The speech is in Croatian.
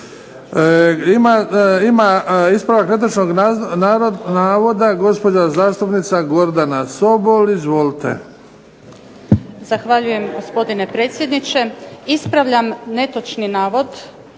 Ima ispravak netočnog navoda gospođa zastupnica Gordana Sobol. Izvolite. **Sobol, Gordana (SDP)** Zahvaljujem, gospodine predsjedniče. Ispravljam netočni navod,